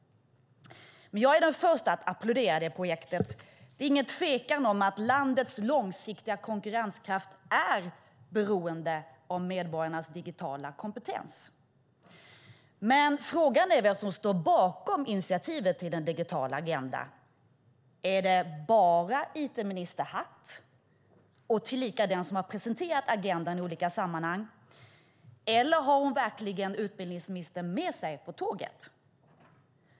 Jag är den första att applådera det projektet; det är ingen tvekan om att landets långsiktiga konkurrenskraft är beroende av medborgarnas digitala kompetens. Frågan är vem som står bakom initiativet till den digitala agendan. Är det bara it-minister Hatt, tillika den som har presenterat agendan i olika sammanhang? Har hon verkligen utbildningsministern med sig på tåget?